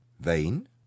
Vain